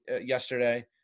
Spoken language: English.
yesterday